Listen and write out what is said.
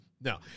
No